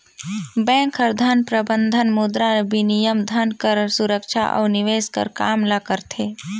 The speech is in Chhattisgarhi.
बेंक हर धन प्रबंधन, मुद्राबिनिमय, धन कर सुरक्छा अउ निवेस कर काम ल करथे